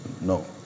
No